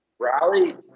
Rally